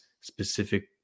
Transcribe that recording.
specific